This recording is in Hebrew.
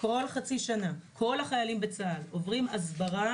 כל חצי שנה כל החיילים בצה"ל עוברים הסברה